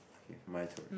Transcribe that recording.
okay my turn